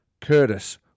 Curtis